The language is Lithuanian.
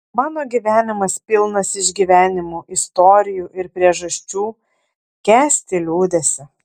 mano gyvenimas pilnas išgyvenimų istorijų ir priežasčių kęsti liūdesį